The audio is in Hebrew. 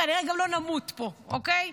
כנראה גם לא נמות פה, אוקיי?